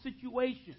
situation